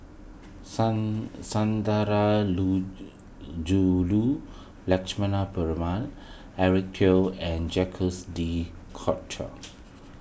Sun Sun Dara Lu Jew Lu Lakshmana Perumal Eric Teo and Jacques De Coutre